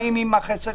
באים עם מסכות.